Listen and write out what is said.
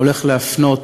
הולך להפנות,